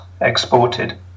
exported